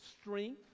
strength